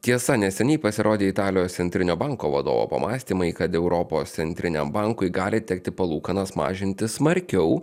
tiesa neseniai pasirodė italijos centrinio banko vadovo pamąstymai kad europos centriniam bankui gali tekti palūkanas mažinti smarkiau